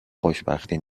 خوشبختی